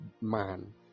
man